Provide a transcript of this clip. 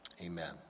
Amen